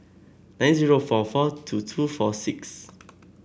nine zero four four two two four six